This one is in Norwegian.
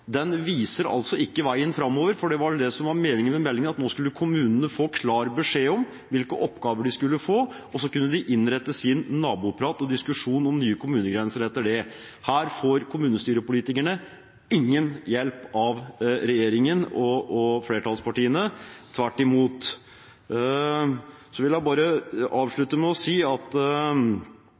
Den viser ikke veien framover, og det var vel det som var meningen med meldingen: at nå skulle kommunene få klar beskjed om hvilke oppgaver de skulle få, og så kunne de innrette sin naboprat og diskusjon om nye kommunegrenser etter det. Her får kommunestyrepolitikerne ingen hjelp av regjeringen og flertallspartiene – tvert imot. Jeg vil avslutte med å si noe til representanten Toskedal fra Kristelig Folkeparti, som mener at